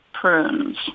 prunes